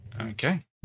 Okay